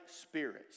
spirits